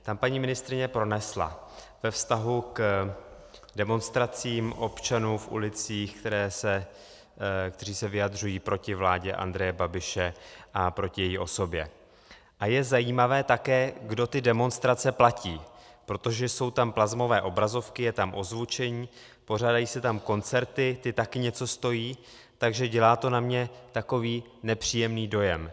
Tam paní ministryně pronesla ve vztahu k demonstracím občanů v ulicích, kteří se vyjadřují proti vládě Andreje Babiše a proti její osobě: A je zajímavé také, kdo ty demonstrace platí, protože jsou tam plazmové obrazovky, je tam ozvučení, pořádají se tam koncerty, ty taky něco stojí, takže dělá to na mě takový nepříjemný dojem.